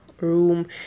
room